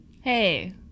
Hey